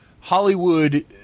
Hollywood